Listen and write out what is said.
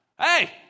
Hey